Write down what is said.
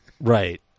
Right